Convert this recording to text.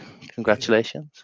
Congratulations